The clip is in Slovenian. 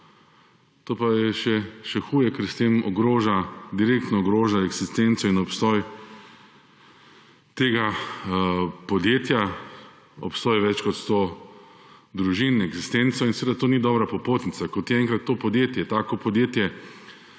To pa je še huje, ker s tem ogroža, direktno ogroža eksistenco in obstoj tega podjetja, obstoj več kot sto družin, eksistenco in seveda to ni dobra popotnica. Ko ti enkrat tako podjetje